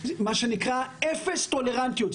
מה שנקרא אפס טולרנטיות,